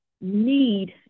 need